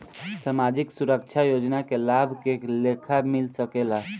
सामाजिक सुरक्षा योजना के लाभ के लेखा मिल सके ला?